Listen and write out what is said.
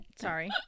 sorry